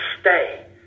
stay